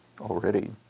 already